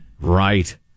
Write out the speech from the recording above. Right